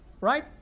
right